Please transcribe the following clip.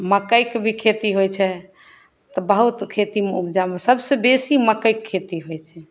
मकइके भी खेती होइ छै तऽ बहुत खेतीमे उपजामे सभसँ बेसी मकइके खेती होइ छै